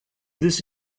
this